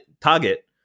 target